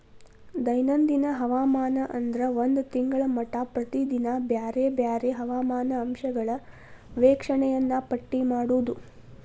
ದೈನಂದಿನ ಹವಾಮಾನ ಅಂದ್ರ ಒಂದ ತಿಂಗಳ ಮಟಾ ಪ್ರತಿದಿನಾ ಬ್ಯಾರೆ ಬ್ಯಾರೆ ಹವಾಮಾನ ಅಂಶಗಳ ವೇಕ್ಷಣೆಯನ್ನಾ ಪಟ್ಟಿ ಮಾಡುದ